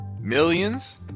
Millions